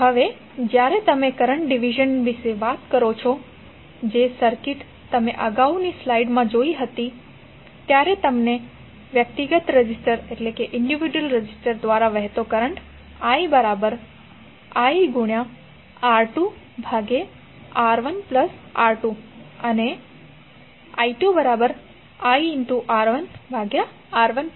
હવે જ્યારે તમે કરંટ ડિવિઝન વિશેની વાત કરો છો જે સર્કિટ તમે અગાઉની સ્લાઇડમાં જોઇ હતી ત્યારે તમને વ્યક્તિગત રેઝિસ્ટર દ્વારા વહેતો કરંટ i1iR2R1R2i2iR1R1R2 મળશે